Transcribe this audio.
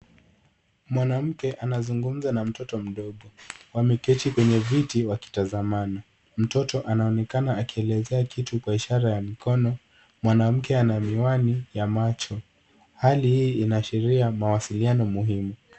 Mwanamke anazungumza na mtoto mdogo. Wameketi kwenye viti, wakitazamana. Mtoto anaonekana akielezea kitu kwa ishara ya mikono. Mwanamke anamiwani ya macho. Hali hii inaashiria mawasiliano muhimu.